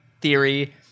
theory